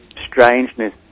strangeness